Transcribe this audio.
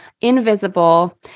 invisible